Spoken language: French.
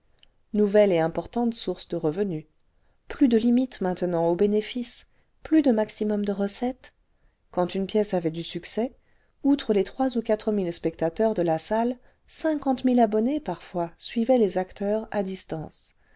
nouvelle et importante source de revenus plus de limites maintenant aux bénéfices plus de maximum de recettes quaiidame pièce avait du succès outre les trois ou quatre mille spectateurs de la salle cinquante mille abonnés parfois suivaient les acteurs à distance